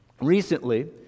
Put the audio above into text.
Recently